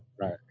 Right